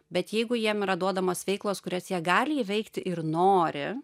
bet jeigu jiem yra duodamos veiklos kurias jie gali įveikti ir nori